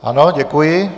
Ano, děkuji.